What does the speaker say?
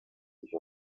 sich